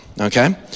Okay